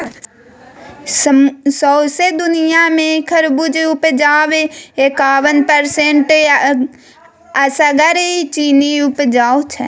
सौंसे दुनियाँ मे खरबुज उपजाक एकाबन परसेंट असगर चीन उपजाबै छै